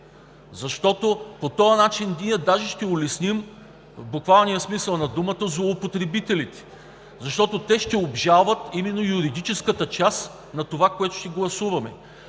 защото по този начин ние даже ще улесним, в буквалния смисъл на думата, злоупотребителите. Те ще обжалват именно юридическата част на това, което ще гласуваме.